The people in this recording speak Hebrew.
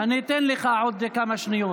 אני אתן לך עוד כמה שניות.